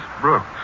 Brooks